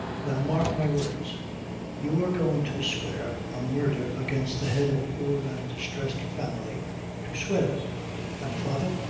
now mark my words you are goin' to swear a murdher against the head of a poor and distressed family to swear it and, father,